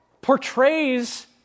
portrays